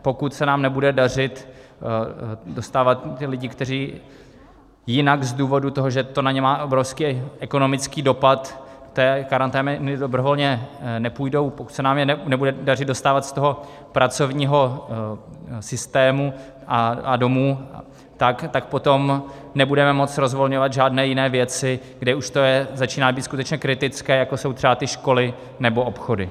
Pokud se nám nebude dařit dostávat ty lidi, kteří jinak z důvodu toho, že to na ně má obrovský ekonomický dopad, do té karantény dobrovolně nepůjdou, pokud se nám je nebude dařit dostávat z toho pracovního systému a domů, tak potom nebudeme moct rozvolňovat žádné jiné věci, kde už to začíná být skutečně kritické, jako jsou třeba ty školy nebo obchody.